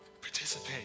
participate